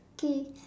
okay